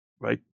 right